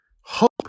hope